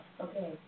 Okay